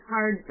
Hard